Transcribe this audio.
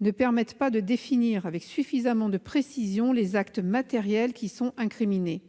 ne permettent pas de définir avec suffisamment de précision les actes matériels qui sont incriminés.